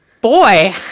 boy